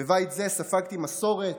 בבית זה ספגתי מסורת,